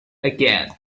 again